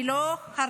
אני לא חרדית,